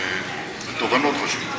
תובנות חשובות.